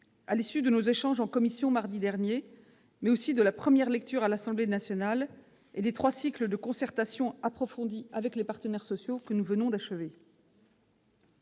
convaincue par nos échanges en commission mardi dernier et par la première lecture à l'Assemblée nationale, ainsi que par les trois cycles de concertation approfondie avec les partenaires sociaux que nous venons d'achever.